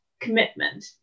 commitment